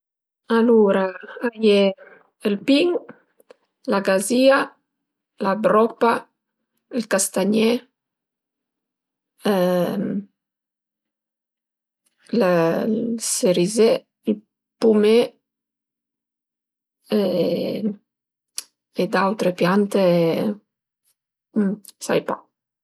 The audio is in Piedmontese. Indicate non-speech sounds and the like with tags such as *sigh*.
Alura a ie ël pin, la gazìa, la bropa, ël castagné *hesitation* ël serizé, ël pumé *hesitation* e d'autre piante sai pa